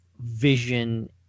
Vision